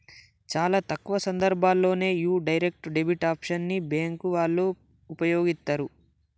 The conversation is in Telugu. చాలా తక్కువ సందర్భాల్లోనే యీ డైరెక్ట్ డెబిట్ ఆప్షన్ ని బ్యేంకు వాళ్ళు వుపయోగిత్తరు